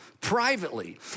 privately